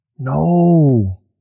No